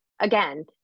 Again